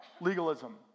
legalism